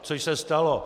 Což se stalo.